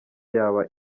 yaba